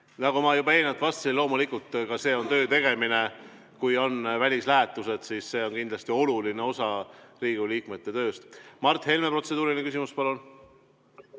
Nagu ma juba eelnevalt vastasin: loomulikult, ka see on töötegemine. Kui on välislähetused, siis see on kindlasti oluline osa Riigikogu liikmete tööst. Mart Helme, protseduuriline küsimus, palun!